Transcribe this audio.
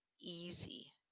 Easy